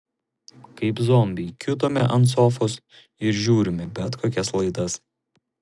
kaip zombiai kiūtome ant sofos ir žiūrime bet kokias laidas